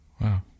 Wow